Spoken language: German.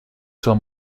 zur